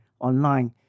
online